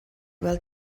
weld